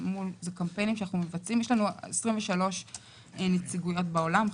יש לנו 23 נציגויות בעולם,